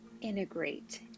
integrate